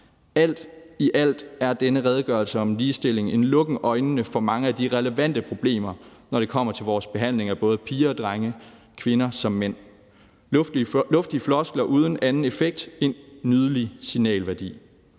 Alt i alt er denne redegørelse om ligestilling en lukken øjnene for mange af de relevante problemer, når det kommer til vores behandling af både piger og drenge og kvinder og mænd. Det er luftige floskler uden anden effekt end at have en nydelig signalværdi.